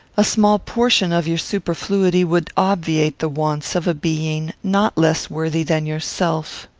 a small portion of your superfluity would obviate the wants of a being not less worthy than yourself.